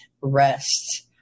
rest